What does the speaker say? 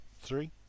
three